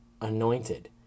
anointed